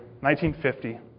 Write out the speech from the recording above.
1950